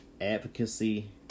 advocacy